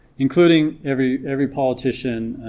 including every every politician,